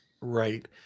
right